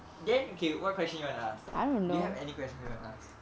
then okay what question you wanna ask do you have any question you wanna ask